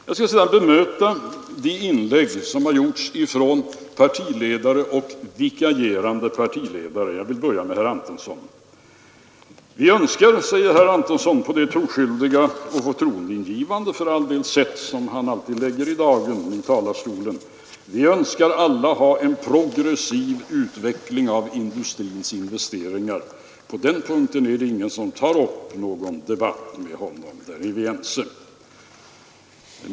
Jag skall sedan bemöta de inlägg som har gjorts av partiledare och vikarierande partiledare. Jag vill börja med herr Antonsson. Vi önskar alla, säger herr Antonsson på det troskyldiga och för all del också förtroendeingivande sätt som han alltid lägger i dagen i talarstolen, en progressiv utveckling av industrins investeringar. — På den punkten är det ingen som tar upp någon debatt med honom; där är vi ense.